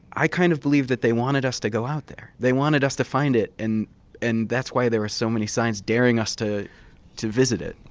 i kind of believe that they wanted us to go out there. they wanted us to find it, and and that's why there are so many signs daring us to to visit it.